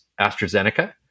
AstraZeneca